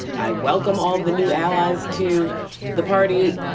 i welcome all the new allies to the party.